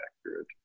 accurate